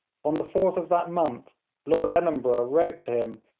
on the fourth of that month lord ellenborough wrote to him,